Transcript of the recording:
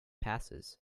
passes